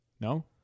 No